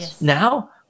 Now